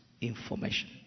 information